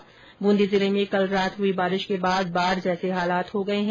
दूंदी जिले में कल रात हुई बारिश के बाद बाढ जैसे हालात हो गए है